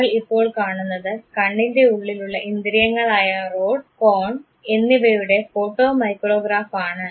നിങ്ങൾ ഇപ്പോൾ കാണുന്നത് കണ്ണിൻറെ ഉള്ളിലുള്ള ഇന്ദ്രിയങ്ങളായ റോഡ് കോൺ എന്നിവയുടെ ഫോട്ടോ മൈക്രോഗ്രാഫ് ആണ്